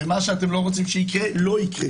ומה שאתם לא רוצים שיקרה, לא יקרה.